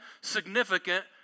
significant